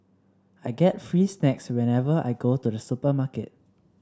I get free snacks whenever I go to the supermarket